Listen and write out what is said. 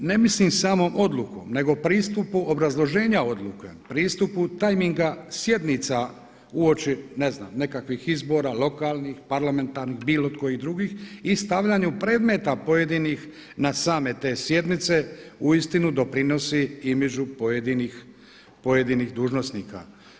Ono ne mislim samom odlukom nego pristupu obrazloženja odluke, pristupu tajminga sjednica uoči ne znam nekakvih izbora lokalnih, parlamentarnih, bilo kojih drugih i stavljanju predmeta pojedinih na same te sjednice uistinu doprinosi imidžu pojedinih dužnosnika.